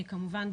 כמובן,